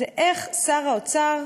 איך שר האוצר,